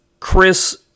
Chris